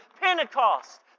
Pentecost